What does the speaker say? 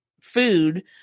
food